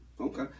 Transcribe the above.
okay